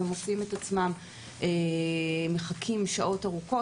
ומוצאים את עצמם מחכים שעות ארוכות.